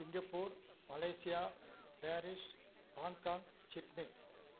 Singapore Malaysia Paris Hong Kong Sydney